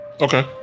Okay